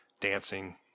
dancing